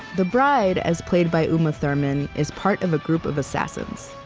the bride, as played by uma thurman, is part of a group of assassins.